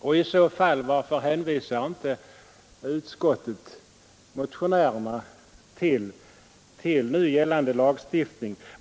Och om den gör det, varför hänvisar inte utskottet motionärerna till nu gällande lagstiftning?